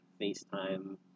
facetime